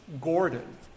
Gordon